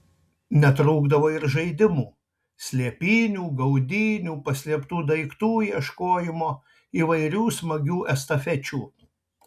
netrūkdavo ir žaidimų slėpynių gaudynių paslėptų daiktų ieškojimo įvairių smagių estafečių